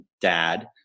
Dad